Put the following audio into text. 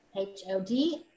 H-O-D